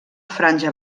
franja